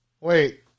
Wait